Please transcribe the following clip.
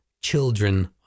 children